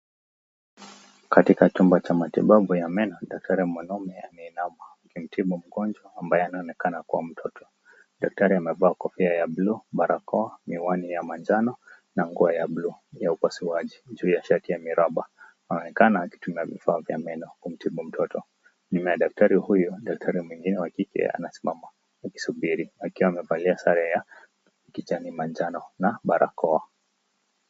Katika chumba cha matibabu ya meno, daktari mwanaume anainama akimtibu mgonjwa ambaye anaonekana kuwa mtoto. Daktari amevaa kofia ya blue , barakoa, miwani ya manjano na nguo ya blue ya upasuaji juu ya shati ya miraba. Anaonekana akitumia vifaa vya meno kumtibu mtoto. Nyuma ya daktari huyo, daktari mwingine wa kike anasimama akisubiri akiwa amevalia sare ya kijani manjano na barakoa.